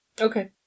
Okay